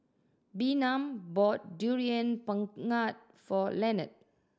Bynum bought Durian Pengat for Lenard